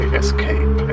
escape